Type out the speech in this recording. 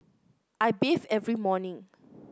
I bathe every morning